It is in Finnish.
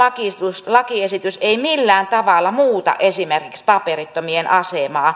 tämä lakiesitys ei millään tavalla muuta esimerkiksi paperittomien asemaa